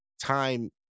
time